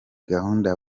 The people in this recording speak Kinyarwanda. gahunda